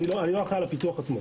אני לא אחראי על הפיתוח עצמו.